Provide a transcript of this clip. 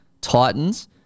Titans